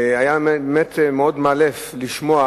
והיה מאלף לשמוע